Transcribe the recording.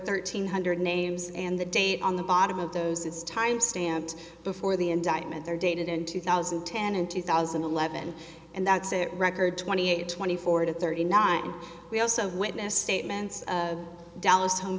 thirteen hundred names and the date on the bottom of those it's time stamped before the indictment there dated in two thousand and ten and two thousand and eleven and that's a record twenty eight twenty four to thirty nine we also witness statements of dallas home